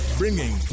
bringing